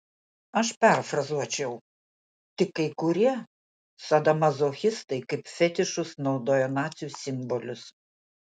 aš perfrazuočiau tik kai kurie sadomazochistai kaip fetišus naudoja nacių simbolius